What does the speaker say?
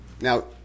Now